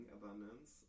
abundance